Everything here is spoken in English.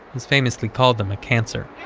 has famously called them a cancer.